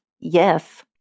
Yes